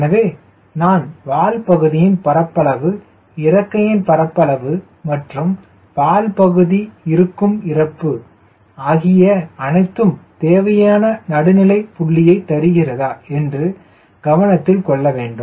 எனவே நான் வால் பகுதியின் பரப்பளவு இறக்கையின் பரப்பளவு மற்றும் வால் பகுதி இருக்கும் இருப்பு ஆகிய அனைத்தும் தேவையான நடுநிலை புள்ளியை தருகிறதா என்று கவனத்தில் கொள்ள வேண்டும்